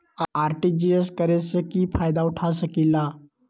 RTGS करे से की फायदा उठा सकीला?